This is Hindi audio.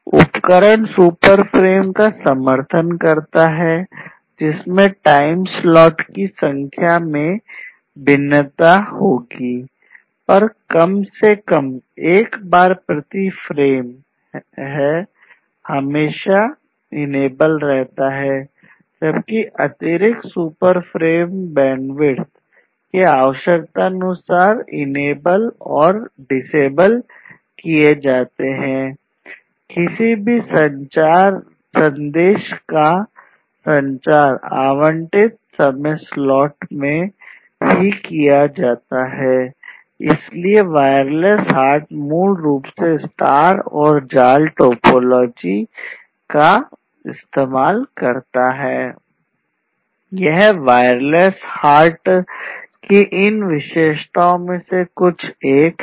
उपकरण सुपर फ्रेम टोपोलोजी को इस्तेमाल करता है